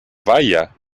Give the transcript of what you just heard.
vaya